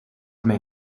mij